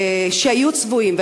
שהיו צבועים,